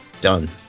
Done